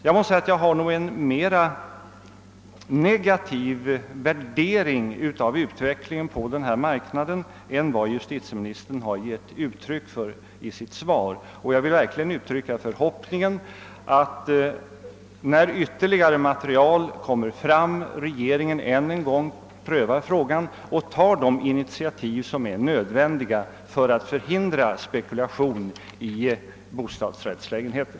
Jag har emellertid en något mer negativ värdering av utvecklingen på denna marknad än den som justitieministern har givit uttryck för i sitt svar, och jag vill uttrycka förhoppningen att när ytterligare material har kommit fram regeringen än en gång prövar frågan och tar de initiativ som är nödvändiga för att förhindra spekulation i bostadsrättslägenheter.